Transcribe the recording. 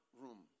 room